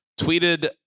tweeted